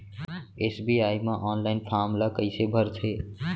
SBI म online form ल कइसे भरथे?